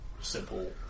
simple